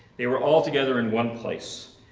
they were all together in one place.